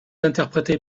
interprété